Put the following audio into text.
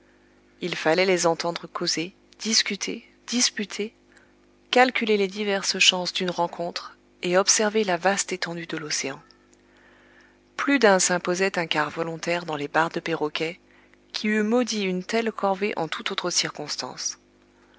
il fallait les entendre causer discuter disputer calculer les diverses chances d'une rencontre et observer la vaste étendue de l'océan plus d'un s'imposait un quart volontaire dans les barres de perroquet qui eût maudit une telle corvée en toute autre circonstance